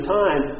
time